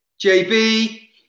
JB